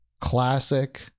Classic